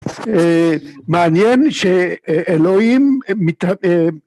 מעניין שאלוהים